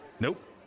Nope